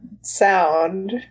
sound